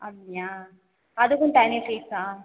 அப்படியா அதுக்கும் தனி ஃபீஸா